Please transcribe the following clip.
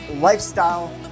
lifestyle